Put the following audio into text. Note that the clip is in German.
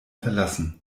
verlassen